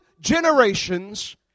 generations